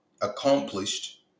accomplished